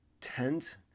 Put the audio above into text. tent